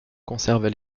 conservait